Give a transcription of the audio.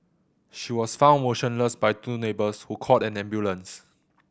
she was found motionless by two neighbours who called an ambulance